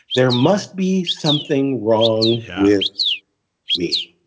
there must be something wrong with me.